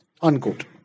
Unquote